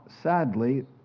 sadly